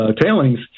tailings